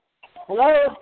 Hello